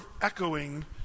echoing